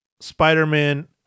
Spider-Man